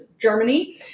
Germany